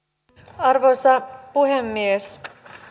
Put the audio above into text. arvoisa puhemies